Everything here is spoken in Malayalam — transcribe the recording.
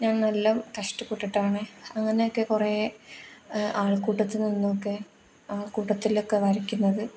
ഞാൻ നല്ലം കഷ്ടപ്പെട്ടിട്ടാണ് അങ്ങനെയൊക്കെ കുറേ ആൾക്കൂട്ടത്തിൽ നിന്നൊക്കെ ആൾക്കൂട്ടത്തിലൊക്കെ വരക്കുന്നത്